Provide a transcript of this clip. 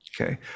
Okay